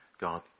God